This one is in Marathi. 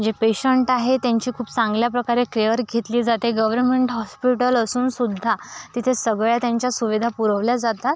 जे पेशंट आहे त्यांची खूप चांगल्या प्रकारे केअर घेतली जाते गवर्नमेंट हॉस्पिटल असूनसुद्धा तिथे सगळ्या त्यांच्या सुविधा पुरवल्या जातात